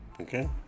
Okay